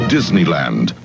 Disneyland